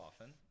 often